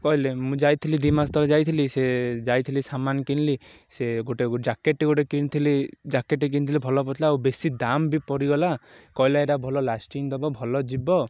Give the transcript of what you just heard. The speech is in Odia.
କହିଲେ ମୁଁ ଯାଇଥିଲି ଦୁଇ ମାସ ତଳେ ଯାଇଥିଲି ସେ ଯାଇଥିଲି ସାମାନ କିଣିଲି ସେ ଗୋଟେ ଗୋଟେ ଜ୍ୟାକେଟ୍ଟେ ଗୋଟେ କିଣିଥିଲି ଜ୍ୟାକେଟ୍ଟେ କିଣିଥିଲି ଭଲ ପଡ଼ିଥିଲା ଆଉ ବେଶୀ ଦମ୍ ବି ପଡ଼ିଗଲା କହିଲେ ଏଇଟା ଭଲ ଲାଷ୍ଟିଂ ଦବ ଭଲ ଯିବ